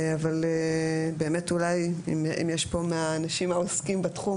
אבל באמת אולי אם יש פה מהאנשים העוסקים בתחום,